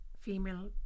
female